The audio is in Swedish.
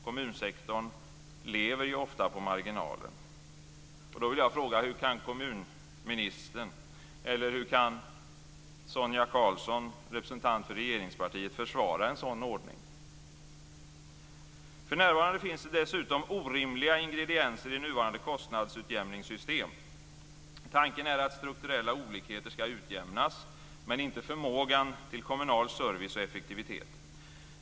Kommunsektorn lever ju ofta på marginalen. Då vill jag fråga: Hur kan kommunministern, eller hur kan Sonia Karlsson, representant för regeringspartiet, försvara en sådan ordning? För närvarande finns det dessutom orimliga ingredienser i nuvarande kostnadsutjämningssystem. Tanken är att strukturella olikheter skall utjämnas, men inte förmågan till kommunal service och effektivitet.